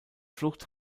flucht